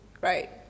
right